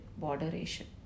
moderation